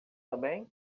também